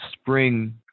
spring